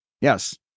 Yes